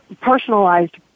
personalized